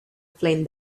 flame